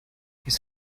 his